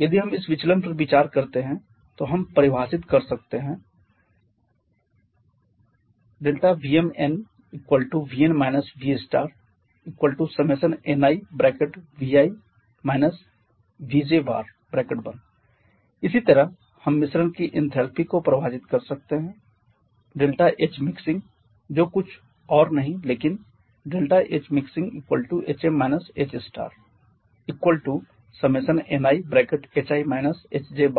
यदि हम इस विचलन पर विचार करते हैं तो हम परिभाषित कर सकते हैं VmnVn V i1kni vi vj इसी तरह हम मिश्रण की इनथैलपी को परिभाषित कर सकते हैं ΔHmixing जो और कुछ नहीं है लेकिन HmixingHm H i1kni